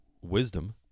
wisdom